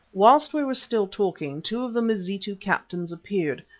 whilst we were still talking two of the mazitu captains appeared,